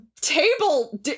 Table